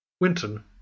Winton